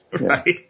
Right